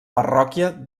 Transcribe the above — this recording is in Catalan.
parròquia